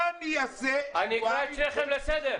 מה אני אעשה שבועיים --- אני אקרא את שניכם לסדר.